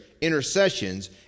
intercessions